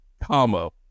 comma